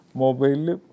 mobile